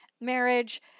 marriage